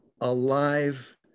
alive